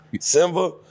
Simba